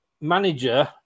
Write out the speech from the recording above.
manager